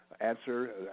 answer